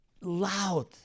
loud